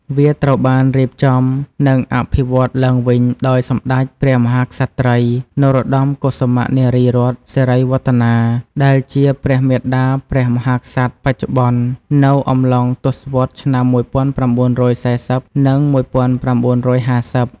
វាត្រូវបានរៀបចំ និងអភិវឌ្ឍន៍ឡើងវិញដោយ សម្តេចព្រះមហាក្សត្រី នរោត្តម កុសុមៈ នារីរ័ត្ន សិរីវឌ្ឍនា ដែលជា ព្រះមាតាព្រះមហាក្សត្របច្ចុប្បន្ន នៅអំឡុងទសវត្សរ៍ឆ្នាំ ១៩៤០ និង ១៩៥០។